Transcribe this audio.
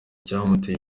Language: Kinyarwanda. icyamuteye